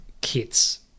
kits